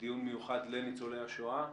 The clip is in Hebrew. דיון מיוחד לניצולי השואה.